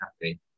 happy